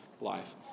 life